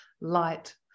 light